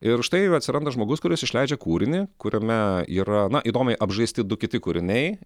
ir štai atsiranda žmogus kuris išleidžia kūrinį kuriame yra na įdomiai apžaisti du kiti kūriniai